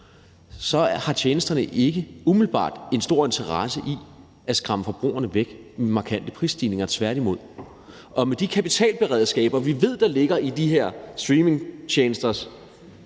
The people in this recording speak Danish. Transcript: har tjenesterne ikke umiddelbart en stor interesse i at skræmme forbrugerne væk med markante prisstigninger, tværtimod. Og med de kapitalberedskaber, vi ved ligger i de her streamingtjenesters